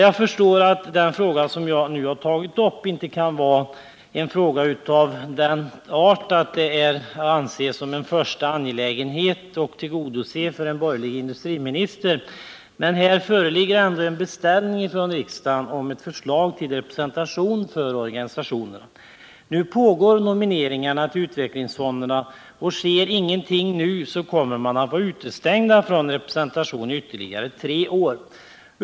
Jag förstår att den fråga som jag nu har tagit upp inte är av den arten att det kan anses särskilt angeläget för den borgerlige industriministern att tillgodose mina krav — men det föreligger ändå en beställning från riksdagen om ett förslag till representation för organisationerna. Nomineringarna till utvecklingsfonderna är redan i gång, och sker ingenting nu kommer de fackliga organisationerna att vara utestängda från representation i ytterligare tre år.